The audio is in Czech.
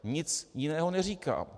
Nic jiného neříkám.